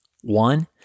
One